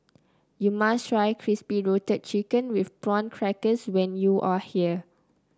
you must try Crispy Roasted Chicken with Prawn Crackers when you are here